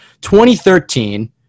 2013